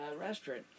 restaurant